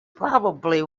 probably